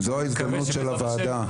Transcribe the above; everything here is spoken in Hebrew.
זו ההזמנות של הוועדה,